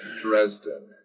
Dresden